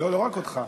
לא רק אותך.